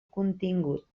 contingut